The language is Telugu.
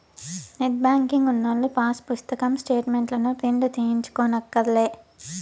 నెట్ బ్యేంకింగు ఉన్నోల్లు పాసు పుస్తకం స్టేటు మెంట్లుని ప్రింటు తీయించుకోనక్కర్లే